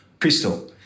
crystal